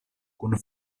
kun